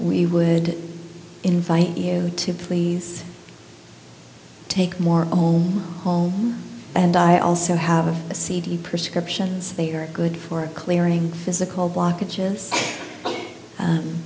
we would invite you to please take more home home and i also have the cd prescriptions they are good for clearing physical blockages